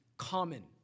common